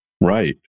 Right